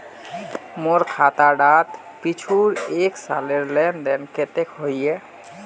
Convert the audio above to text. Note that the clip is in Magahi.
मोर खाता डात पिछुर एक सालेर लेन देन कतेक होइए?